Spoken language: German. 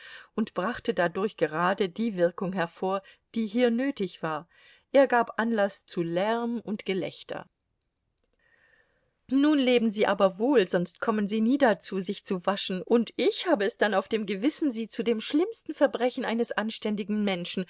und brachte dadurch gerade die wirkung hervor die hier nötig war er gab anlaß zu lärm und gelächter nun leben sie aber wohl sonst kommen sie nie dazu sich zu waschen und ich habe es dann auf dem gewissen sie zu dem schlimmsten verbrechen eines anständigen menschen